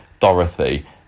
Dorothy